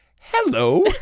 hello